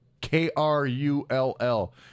k-r-u-l-l